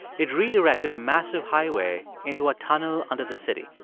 it redirected a massive highway into a tunnel under the city.